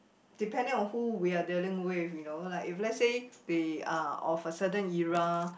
depending on who we are dealing with you know like if let's say they are of a certain era